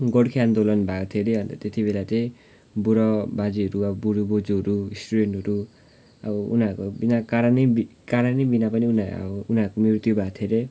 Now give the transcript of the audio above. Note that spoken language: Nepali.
गोर्खे आन्दोलन भएको थियो अरे अन्त त्यति बेला चाहिँ बुढा बाजेहरू अब बुढो बोजुहरू स्टुडेन्टहरू अब उनीहरूको बिना कारण नै कारण नै बिना पनि उनीहरू उनीहरूको मृत्यु भएको थियो अरे